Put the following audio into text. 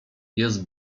jest